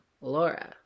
Laura